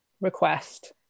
request